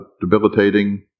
debilitating